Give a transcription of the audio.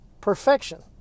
perfection